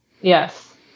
Yes